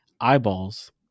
eyeballs